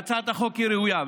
והצעת החוק היא ראויה.